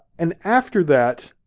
and after that,